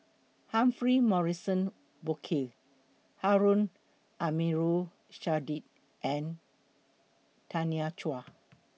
Humphrey Morrison Burkill Harun Aminurrashid and Tanya Chua